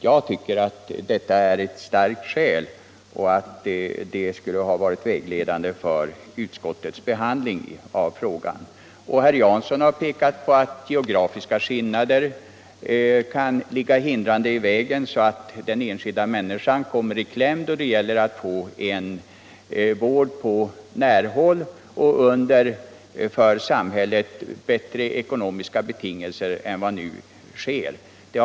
Jag tycker att det är ett starkt skäl och att det skulle ha varit vägledande för utskottets behandling av frågan. Herr Jansson har pekat på att geografiska skillnader kan ligga hindrande i vägen så att den enskilda människan kommer i kläm då det gäller att få vård på nära håll och under för samhället bättre ekonomiska betingelser än som nu är fallet.